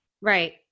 Right